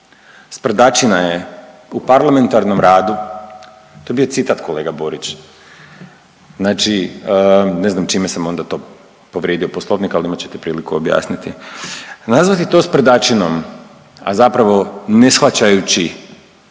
Sprdačina je u parlamentarnom radu, to je bio citat kolega Borić, znači ne znam čime sam onda to povrijedio poslovnik, ali imat ćete priliku objasniti. Nazvati to sprdačinom, a zapravo ne shvaćajući